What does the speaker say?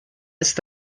ist